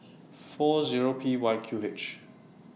four Zero P Y Q H